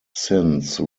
since